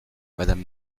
madame